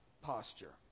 posture